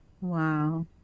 Wow